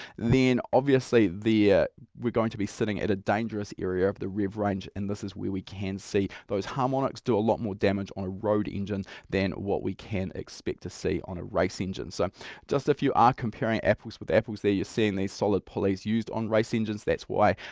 then obviously we're going to be sitting at a dangerous area of the rev range and this is where we can see those harmonics do a lot more damage on a road engine than what we can expect to see on a race engine. so just if you are comparing apples with apples there, you're seeing these solid pulleys used on race engines, that's why.